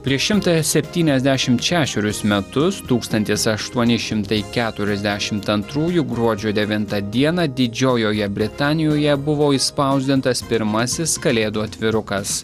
prieš šimtą septyniasdešimt šešerius metus tūkstantis aštuoni šimtai keturiasdešimt antrųjų gruodžio devintą dieną didžiojoje britanijoje buvo išspausdintas pirmasis kalėdų atvirukas